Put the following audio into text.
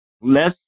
less